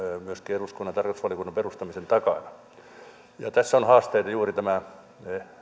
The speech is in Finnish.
myöskin eduskunnan tarkastusvaliokunnan perustamisen takana ja tässä on haasteena juuri tämä